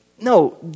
No